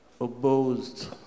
opposed